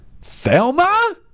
Thelma